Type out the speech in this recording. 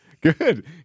Good